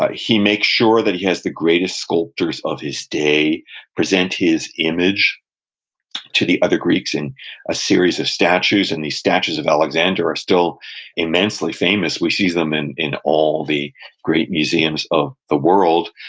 ah he makes sure that he has the greatest sculptors of his day present his image to the other greeks in a series of statues, and these statues of alexander alexander are still immensely famous. we see them and in all the great museums of the world.